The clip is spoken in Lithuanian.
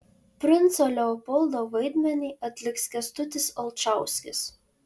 princo leopoldo vaidmenį atliks kęstutis alčauskis